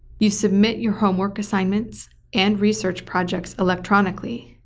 you submit your homework assignments and research projects electronically.